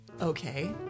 Okay